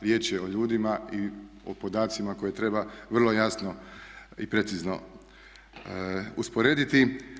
Riječ je o ljudima i o podacima koje treba vrlo jasno i precizno usporediti.